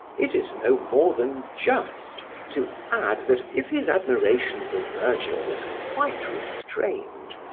it is no more than just to add that, if his admiration for vergil was quite restrained,